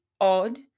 odd